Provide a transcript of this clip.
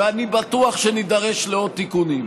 ואני בטוח שנידרש לעוד תיקונים.